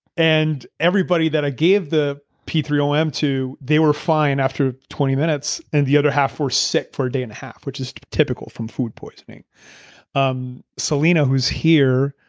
and everybody that i gave the p three o m to, they were fine after twenty minutes, and the other half were sick for a day and a half, which is typical from food poisoning um celina who's here,